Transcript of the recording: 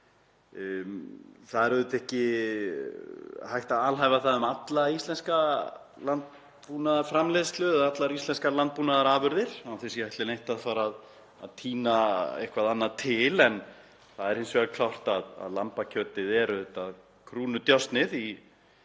Það er auðvitað ekki hægt að alhæfa um alla íslenska landbúnaðarframleiðslu eða allar íslenskar landbúnaðarafurðir án þess að ég ætli að fara að tína eitthvað til. En það er hins vegar klárt að lambakjötið er auðvitað krúnudjásnið í